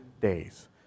days